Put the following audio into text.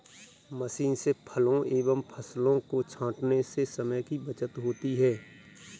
machine से फलों एवं फसलों को छाँटने से समय की बचत होती है